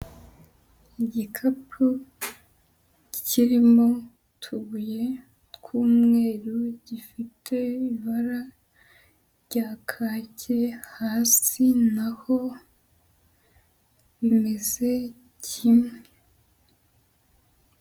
Igikapu kirimo utubuye tw'umweru gifite ibara rya kaki, hasi naho bimeze kimwe.